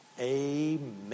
Amen